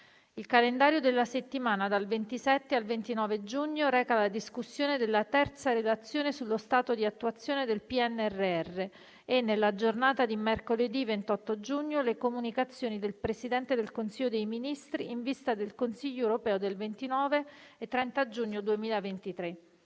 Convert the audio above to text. Il calendario della settimana dal 27 al 29 giugno reca la discussione della terza relazione sullo stato di attuazione del PNRR e, nella giornata di mercoledì 28 giugno, le comunicazioni del Presidente del Consiglio dei ministri in vista del Consiglio europeo del 29 e 30 giugno 2023.